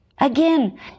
Again